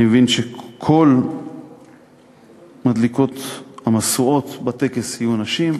אני מבין שכל מדליקי המשואות בטקס יהיו נשים.